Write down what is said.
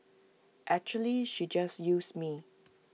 actually she just used me